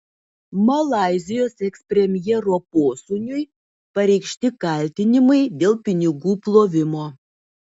malaizijos ekspremjero posūniui pareikšti kaltinimai dėl pinigų plovimo